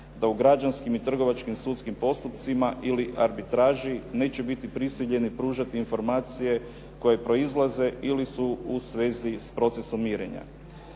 da u građanskim i trgovačkim sudskim postupcima ili arbitraži neće biti prisiljeni pružati informacije koje proizlaze ili su u svezi s procesom mirenja.